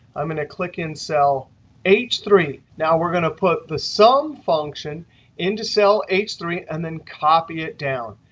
i'm going to click in cell h three. now, we're going to put the sum function into cell h three and then copy it down.